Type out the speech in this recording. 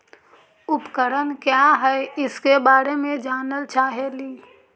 उपकरण क्या है इसके बारे मे जानल चाहेली?